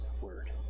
word